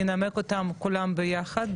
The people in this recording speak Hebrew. אני אנמק את כולן ביחד,